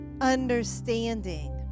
understanding